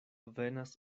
venas